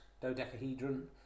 dodecahedron